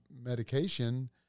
medication